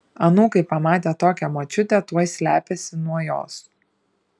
anūkai pamatę tokią močiutę tuoj slepiasi nuo jos